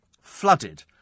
flooded